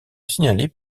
signalés